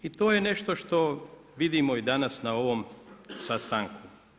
I to je nešto što vidimo i danas na ovom sastanku.